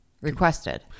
Requested